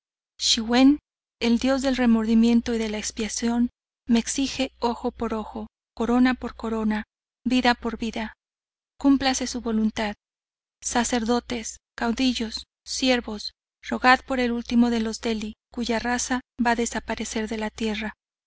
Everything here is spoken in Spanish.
el dios del remordimiento y de la expiación me exige ojo por ojo corona por corona vida por vida cúmplase su voluntad sacerdotes caudillos siervos rogad por el ultimo de los dheli cuya raza va a desaparecer de la tierra